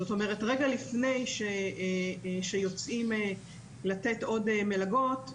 זאת אומרת, רגע לפני שיוצאים לתת עוד מלגות,